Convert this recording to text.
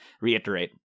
reiterate